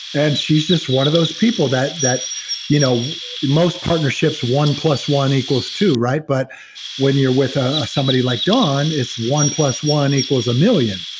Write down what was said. and she's just one of those people that. in you know most partnerships, one plus one equals two, right? but when you're with ah somebody like dawn, it's one plus one equals a million,